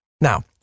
Now